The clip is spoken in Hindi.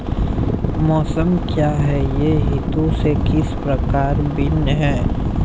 मौसम क्या है यह ऋतु से किस प्रकार भिन्न है?